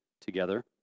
together